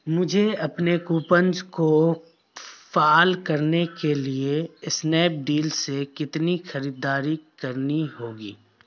مجھے اپنے کوپنج کو فعال کرنے کے لیے اسنیپ ڈیل سے کتنی خریداری کرنی ہوگی